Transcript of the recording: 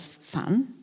fun